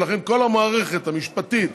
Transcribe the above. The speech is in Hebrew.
ולכן, כל המערכת המשפטית,